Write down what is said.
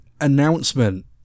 announcement